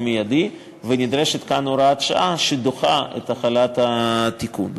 מיידי ונדרשת כאן הוראת שעה שדוחה את החלת התיקון.